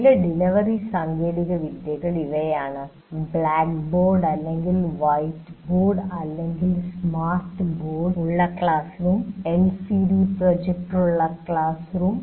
ചില ഡെലിവറി സാങ്കേതികവിദ്യകൾ ഇവയാണ് ബ്ലാക്ക്ബോർഡ് അല്ലെങ്കിൽ വൈറ്റ് ബോർഡ് അല്ലെങ്കിൽ സ്മാർട്ട് ബോർഡ് ഉള്ള ക്ലാസ് റൂം എൽസിഡി പ്രൊജക്ടറുള്ള ക്ലാസ് റൂം